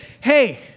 hey